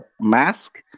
mask